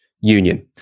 union